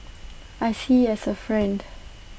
I see as A friend